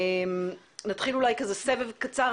נתחיל בסבב קצר.